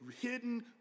hidden